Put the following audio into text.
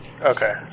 Okay